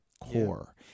core